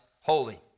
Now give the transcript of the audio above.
holy